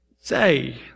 Say